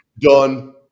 Done